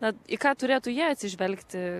na į ką turėtų jie atsižvelgti